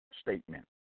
statement